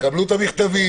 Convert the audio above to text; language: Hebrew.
קבלו את המכתבים,